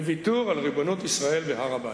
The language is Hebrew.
לוויתור על ריבונות ישראל בהר-הבית.